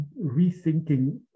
rethinking